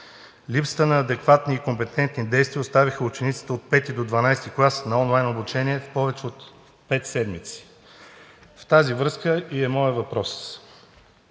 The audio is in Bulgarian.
Липсата на адекватни и компетентни действия оставиха учениците от V до XII клас на онлайн обучение повече от пет седмици. В тази връзка е и моят въпрос.